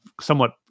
somewhat